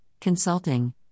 Consulting